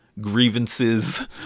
grievances